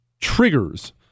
Triggers